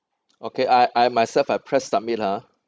okay I I myself I press submit !huh!